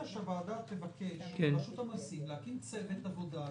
שהוועדה תבקש מרשות המיסים להקים צוות עבודה.